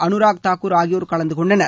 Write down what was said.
அனுராக் தாகூர் ஆகியோர் கலந்துகொண்டனர்